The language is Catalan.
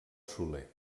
soler